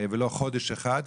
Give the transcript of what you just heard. במקום חודש אחד?